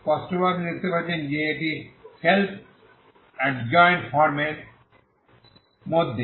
স্পষ্টভাবে আপনি দেখতে পাচ্ছেন যে এটি সেলফ এডজয়েন্ড ফর্মের মধ্যে